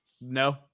No